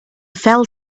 fell